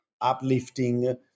uplifting